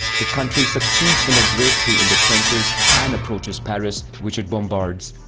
the country succeeds in a breakthrough in the trenches and approaches paris, which it bombards.